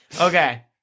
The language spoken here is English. Okay